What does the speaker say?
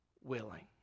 willing